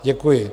Děkuji.